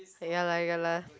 ya lah ya lah